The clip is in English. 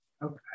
Okay